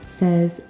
says